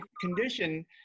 condition